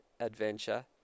adventure